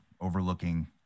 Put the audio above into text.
overlooking